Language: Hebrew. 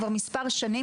כבר מספר שנים,